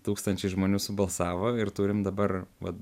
tūkstančiai žmonių subalsavo ir turim dabar vat